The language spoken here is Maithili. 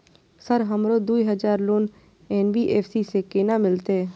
सर हमरो दूय हजार लोन एन.बी.एफ.सी से केना मिलते?